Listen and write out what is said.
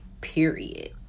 period